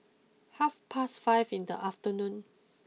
half past five in the afternoon